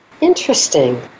Interesting